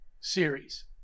series